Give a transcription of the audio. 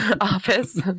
office